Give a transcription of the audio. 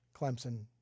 Clemson